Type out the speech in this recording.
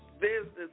business